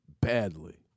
badly